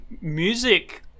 music